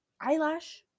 eyelash